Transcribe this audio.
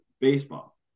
baseball